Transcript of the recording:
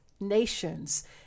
nations